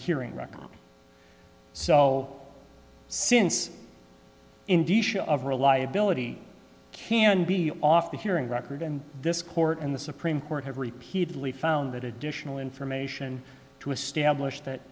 hearing record so since indeed reliability can be off the hearing record and this court and the supreme court have repeatedly found that additional information to establish that